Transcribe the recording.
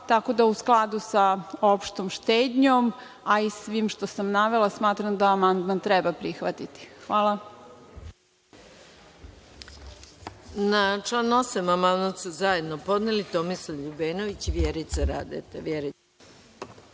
Tako da, u skladu sa opštom štednjom, a i svim što sam navela, smatram da amandman treba prihvatiti. Hvala. **Maja Gojković** Na član 8. amandman su zajedno podneli Tomislav Ljubenović i Vjerica Radeta.